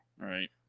Right